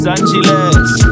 Angeles